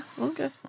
Okay